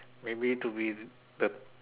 maybe to be the